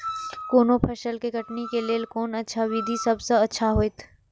कोनो फसल के कटनी के लेल कोन अच्छा विधि सबसँ अच्छा होयत?